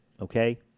Okay